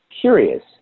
curious